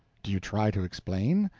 do you try to explain?